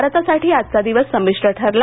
भारतासाठी आजचा दिवस संमिश्र ठरला